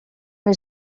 més